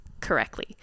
correctly